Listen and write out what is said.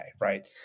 right